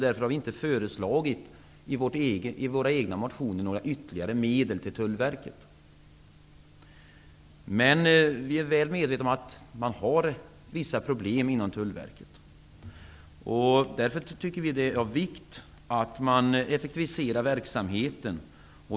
Därför har vi inte föreslagit i våra egna motioner några ytterligare medel till Tullverket. Vi är väl medvetna om att man har vissa problem inom Tullverket. Därför tycker vi att det är av vikt att effektivisera verksamheten.